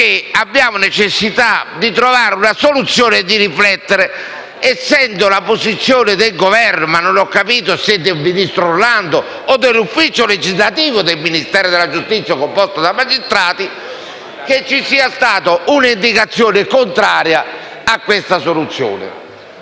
la necessità di trovare una soluzione e di riflettere, poiché dal Governo (ma non ho capito se dal ministro Orlando o dall'ufficio legislativo del Ministero della giustizia, composto da magistrati) vi era stata un'indicazione contraria a questa soluzione.